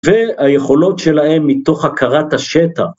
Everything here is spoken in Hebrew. והיכולות שלהם מתוך הכרת השטח